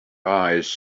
eyes